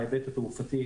בהיבט התעופתי,